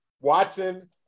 Watson